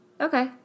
Okay